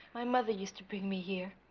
my mother used to bring me here